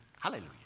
hallelujah